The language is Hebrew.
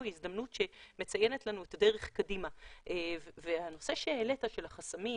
הזדמנות שמציינת לנו את הדרך קדימה והנושא שהעלית של החסמים,